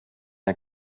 der